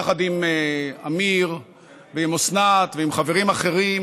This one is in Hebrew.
יחד עם אמיר ועם אוסנת ועם חברים אחרים,